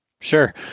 Sure